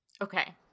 okay